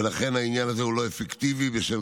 ולכן העניין הזה הוא לא אפקטיבי בשל